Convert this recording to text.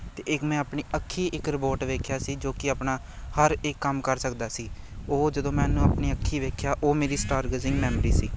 ਅਤੇ ਇੱਕ ਮੈਂ ਆਪਣੀ ਅੱਖੀਂ ਇੱਕ ਰਬੋਟ ਵੇਖਿਆ ਸੀ ਜੋ ਕਿ ਆਪਣਾ ਹਰ ਇੱਕ ਕੰਮ ਕਰ ਸਕਦਾ ਸੀ ਉਹ ਜਦੋਂ ਮੈ ਉਹਨੂੰ ਆਪਣੀ ਅੱਖੀਂ ਵੇਖਿਆ ਉਹ ਮੇਰੀ ਸਟਾਰ ਗਜਿੰਗ ਮੈਂਮਰੀ ਸੀ